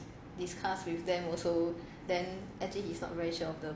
discuss with them also then actually he's not sure of the